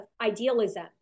idealism